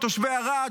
מתושבי ערד?